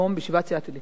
בישיבת סיעת הליכוד,